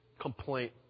complaint